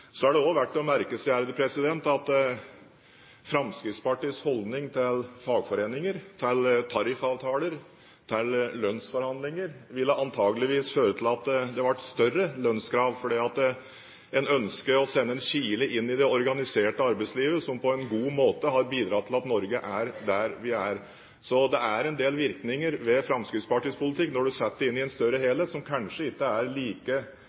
Så er det også verdt å merke seg at Fremskrittspartiets holdning til fagforeninger, til tariffavtaler og til lønnsforhandlinger antageligvis ville føre til at det ble større lønnskrav, fordi en ønsker å sende en kile inn i det organiserte arbeidslivet, som på en god måte har bidratt til at Norge er der vi er. Så det er en del virkninger ved Fremskrittspartiets politikk som, når du setter det inn i en større helhet, kanskje ikke er like